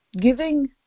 Giving